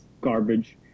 garbage